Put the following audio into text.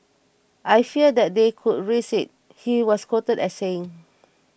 I fear that they could risk it he was quoted as saying